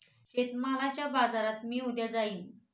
शेतमालाच्या बाजारात मी उद्या जाईन